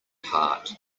heart